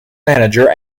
manager